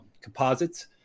composites